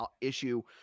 issue